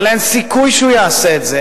אבל אין סיכוי שהוא יעשה את זה.